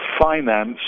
finance –